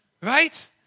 right